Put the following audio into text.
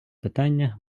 питання